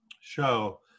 show